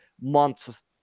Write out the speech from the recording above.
months